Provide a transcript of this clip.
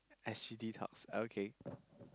S_G_D tops okay